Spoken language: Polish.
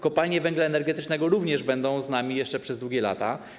Kopalnie węgla energetycznego również będą z nami jeszcze przez długie lata.